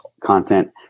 content